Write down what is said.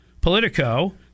Politico